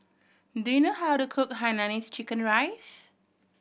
do you know how to cook hainanese chicken rice